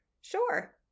Sure